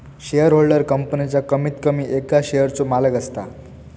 shareholder कंपनीच्या कमीत कमी एका शेयरचो मालक असता